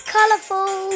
Colourful